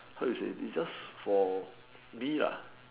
how you say it's just for me lah